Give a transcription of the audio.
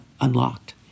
unlocked